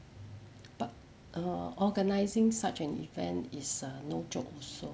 but err organising such an event is err no joke